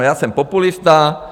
Já jsem populista.